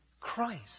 Christ